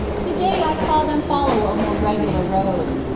to day i saw them follow a more regular road.